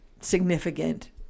significant